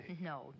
No